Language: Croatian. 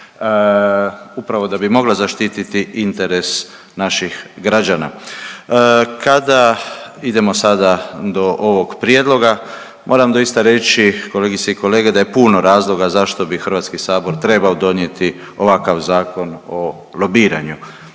upravo da bi mogla zaštititi interes naših građana. Kada idemo sada do ovog prijedloga, moram doista reći, kolegice i kolege, a je puno razloga zašto bi HS trebao donijeti ovakav Zakon o lobiranju.